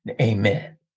Amen